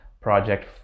project